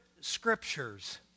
scriptures